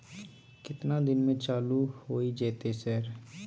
केतना दिन में चालू होय जेतै सर?